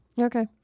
Okay